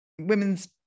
women's